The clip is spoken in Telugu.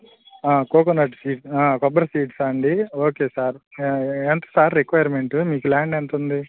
కోకోనట్ సీడ్స్ కొబ్బరి సీడ్స్ అండి ఓకే సార్ ఎంత సార్ రిక్వైర్మెంటు మీకు ల్యాండ్ ఎంత ఉంది